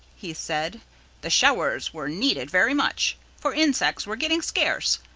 he said the showers were needed very much, for insects were getting scarce,